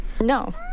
No